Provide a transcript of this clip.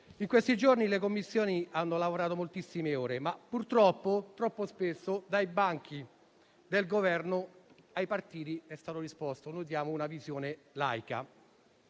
In questi giorni le Commissioni competenti hanno lavorato moltissime ore, ma purtroppo, troppo spesso, dai banchi del Governo ai partiti è stato risposto: noi diamo una visione laica.